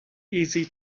easy